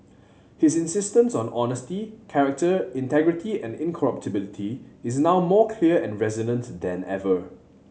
his insistence on honesty character integrity and incorruptibility is now more clear and resonant than ever